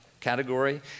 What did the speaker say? category